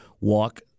walk